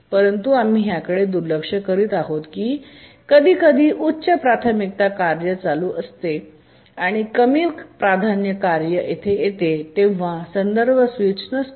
परंतु आम्ही याकडे दुर्लक्ष करीत आहोत की कधीकधी उच्च प्राथमिकता कार्य चालू असते आणि कमी प्राधान्य कार्य येते तेव्हा तेथे संदर्भ स्विच नसतो